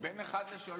בין 1 ל-3.